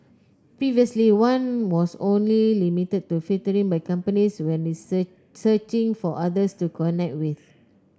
previously one was only limited to filtering by companies when searching for others to connect with